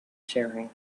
sharing